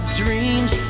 dreams